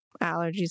allergies